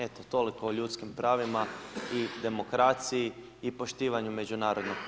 Eto toliko o ljudskim pravima i demokraciji i poštivanju međunarodnog prava.